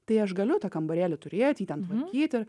tai aš galiu tą kambarėlį turėt jį ten tvarkyti